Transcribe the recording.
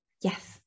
Yes